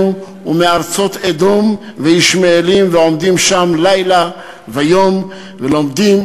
ומארצות אדום וישמעאל ועומדים שם לילה ויום ולומדים,